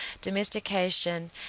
Domestication